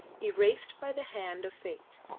erased by the hand of fate,